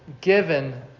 given